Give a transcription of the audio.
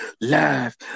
live